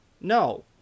No